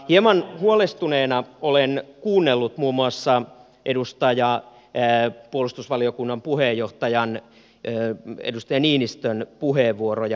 hieman huolestuneena olen kuunnellut muun muassa puolustusvaliokunnan puheenjohtajan edustaja niinistön puheenvuoroja